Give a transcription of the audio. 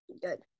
Good